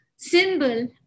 symbol